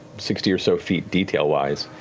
sixty or so feet detail-wise.